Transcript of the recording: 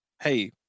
Hey